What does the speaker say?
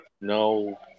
No